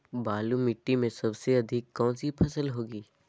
बालू मिट्टी में सबसे अधिक कौन सी फसल होगी?